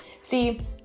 See